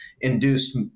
induced